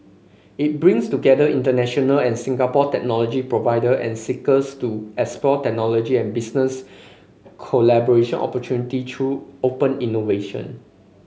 it brings together international and Singapore technology provider and seekers to explore technology and business collaboration opportunity through open innovation